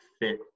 fit